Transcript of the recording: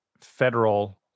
federal